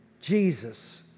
Jesus